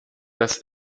das